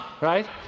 right